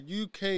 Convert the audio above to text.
UK